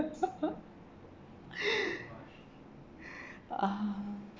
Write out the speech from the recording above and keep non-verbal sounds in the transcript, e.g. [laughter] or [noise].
[laughs] ah